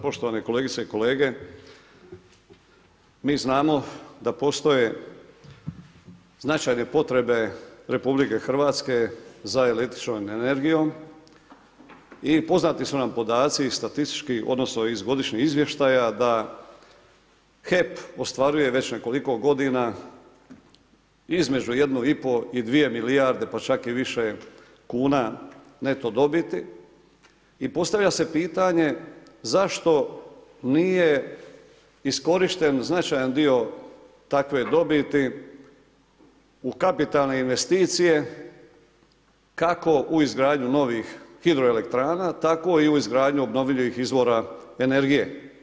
Poštovane kolegice i kolege, mi znamo da postoje značajne potrebe RH za električnom energijom i poznati su nam podaci statistički odnosno iz godišnjih izvještaja da HEP ostvaruje već nekoliko godina između 1,5 i 2 milijarde pa čak i više kuna neto dobiti i postavlja se pitanje zašto nije iskorišten značajan dio takve dobiti u kapitalne investicije kako u izgradnju novih hidroelektrana, tako i u izgradnju obnovljivih izvora energije.